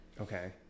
Okay